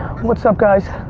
and what's up, guys?